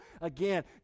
again